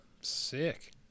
sick